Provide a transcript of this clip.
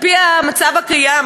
על-פי המצב הקיים,